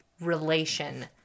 relation